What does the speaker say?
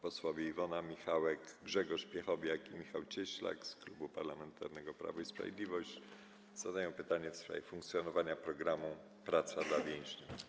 Posłowie Iwona Michałek, Grzegorz Piechowiak i Michał Cieślak z Klubu Parlamentarnego Prawo i Sprawiedliwość zadają pytanie w sprawie funkcjonowania programu „Praca dla więźniów”